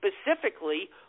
Specifically